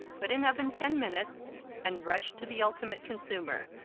put in oven ten minutes and rush to the ultimate consumer.